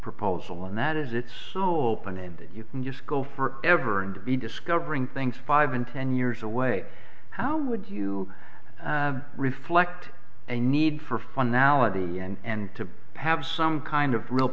proposal and that is it's so open ended you can just go for ever and be discovering things five and ten years away how would you reflect a need for finality and to have some kind of real